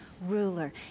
ruler